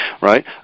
right